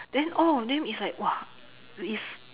then all of them is like !wah! is